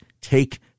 take